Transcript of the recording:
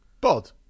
Bod